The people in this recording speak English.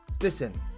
Listen